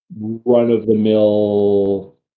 run-of-the-mill